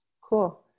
Cool